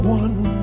one